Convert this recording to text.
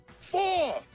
Four